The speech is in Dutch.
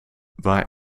waar